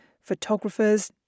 photographers